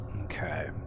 Okay